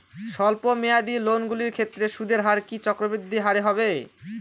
স্বল্প মেয়াদী লোনগুলির ক্ষেত্রে সুদের হার কি চক্রবৃদ্ধি হারে হবে?